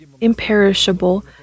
imperishable